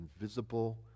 invisible